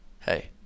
hey